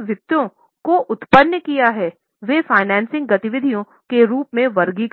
विधि को फाइनेंसिंग गतिविधियों के रूप में वर्गीकृत हैं